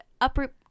uproot